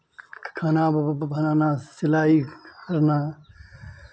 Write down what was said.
खाना बनाना सिलाई करना